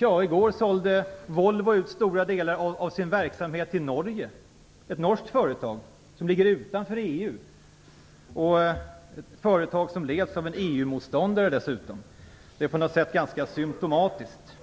Ja, i går sålde Volvo ut stora delar av sin verksamhet till ett norskt företag, ett företag som ligger utanför EU och som dessutom leds av en EU-motståndare. Det är på något sätt symtomatiskt!